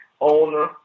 owner